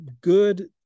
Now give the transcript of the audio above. good